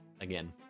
again